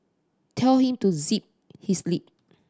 tell him to zip his lip